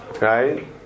right